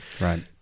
Right